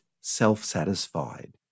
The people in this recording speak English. self-satisfied